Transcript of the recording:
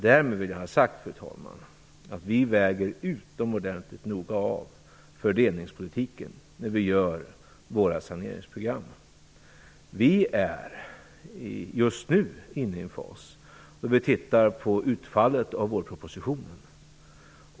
Därmed vill jag ha sagt, fru talman, att vi väger utomordentligt noga av fördelningspolitiken när vi gör våra saneringsprogram. Vi är just nu inne i en fas då vi tittar på utfallet av vårpropositionen.